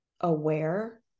aware